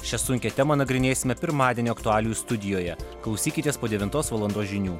šią sunkią temą nagrinėsime pirmadienio aktualijų studijoje klausykitės po devintos valandos žinių